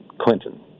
Clinton